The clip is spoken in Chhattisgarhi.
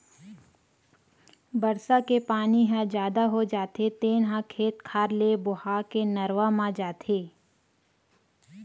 बरसा के पानी ह जादा हो जाथे तेन ह खेत खार ले बोहा के नरूवा म जाथे